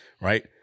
right